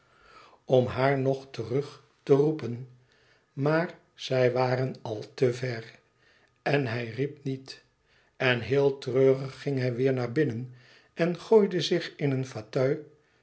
om haar nog terug te roepen maar zij waren al te ver en hij riep niet en heel treurig ging hij weêr naar binnen en gooide zich in een